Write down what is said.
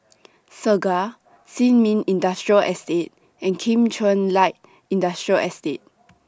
Segar Sin Ming Industrial Estate and Kim Chuan Light Industrial Estate